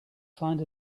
find